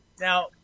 Now